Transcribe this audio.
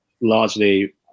largely